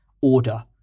Order